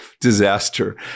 Disaster